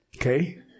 Okay